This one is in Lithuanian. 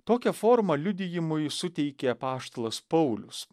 tokią formą liudijimui suteikė apaštalas paulius